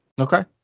Okay